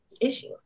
issue